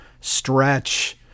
stretch